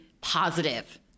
positive